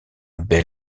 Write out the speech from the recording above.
bel